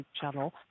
channel